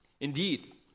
Indeed